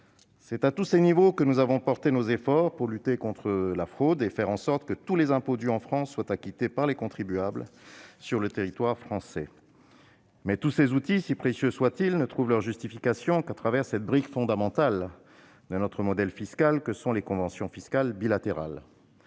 C'est à tous ces niveaux que nous avons porté nos efforts pour lutter contre la fraude et faire en sorte que tous les impôts dus en France soient acquittés par les contribuables sur le territoire de la République. Reste que tous ces outils, si précieux soient-ils, ne trouvent leur justification qu'à travers cette brique fondamentale de notre modèle fiscal que sont les conventions fiscales bilatérales.